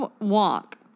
Walk